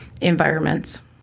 environments